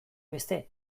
beste